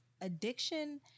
addiction